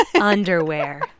Underwear